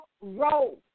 road